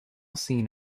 scene